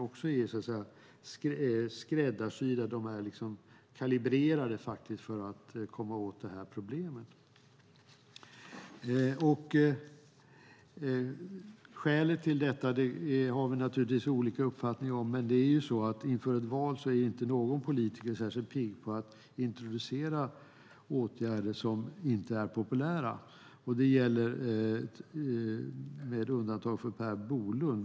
De är skräddarsydda, kalibrerade, för att komma åt problemet. Skälet till detta kan vi ha olika uppfattningar om, men inför ett val är inte någon politiker särskilt pigg på att introducera åtgärder som inte är populära - möjligen med undantag för Per Bolund.